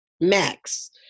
max